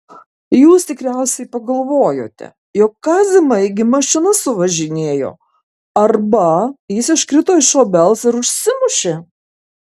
jūs tikriausiai pagalvojote jog kazį maigį mašina suvažinėjo arba jis iškrito iš obels ir užsimušė